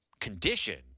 condition